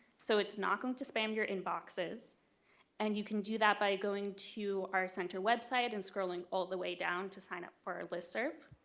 so it's not going to spam your inboxes and you can do that by going to our center website and scrolling all the way down to sign up for our listserv.